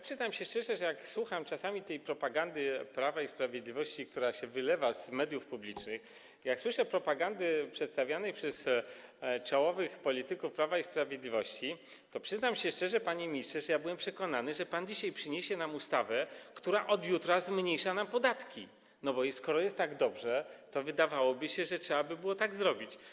Przyznam szczerze, że jak słucham czasami tej propagandy Prawa i Sprawiedliwości, która się wylewa z mediów publicznych, jak słyszę propagandę przedstawianą przez czołowych polityków Prawa i Sprawiedliwości, to, panie ministrze, byłem przekonany, że pan dzisiaj przyniesie nam ustawę, która od jutra zmniejsza podatki, bo skoro jest tak dobrze, to wydawałoby się, że trzeba by było tak zrobić.